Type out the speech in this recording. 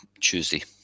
tuesday